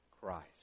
Christ